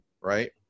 right